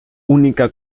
única